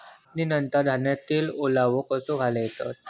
कापणीनंतर धान्यांचो उत्पादनातील ओलावो कसो घालवतत?